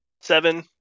Seven